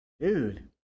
dude